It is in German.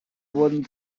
wurden